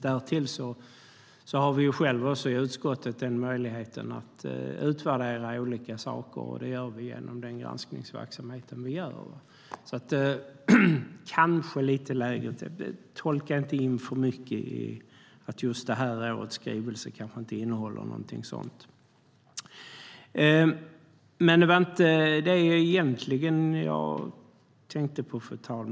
Därtill har vi själva i utskottet en möjlighet att utvärdera olika saker, och det gör vi med den granskningsverksamhet som vi har. Kanske bör tonfallet vara lite lägre. Tolka inte in för mycket i att det här årets skrivelse inte innehåller något sådant! Fru talman! Det var egentligen inte det jag tänkte på.